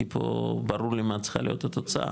כי פה ברור לי מה צריכה להיות התוצאה,